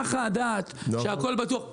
נחה הדעת שהכול בטוח,